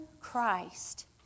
christ